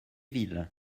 villes